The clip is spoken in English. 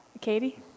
Katie